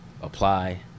apply